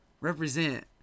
Represent